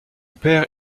père